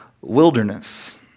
wilderness